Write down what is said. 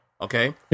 Okay